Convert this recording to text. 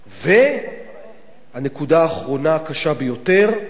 והנקודה האחרונה הקשה ביותר,